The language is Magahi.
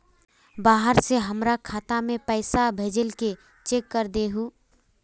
बाहर से हमरा खाता में पैसा भेजलके चेक कर दहु?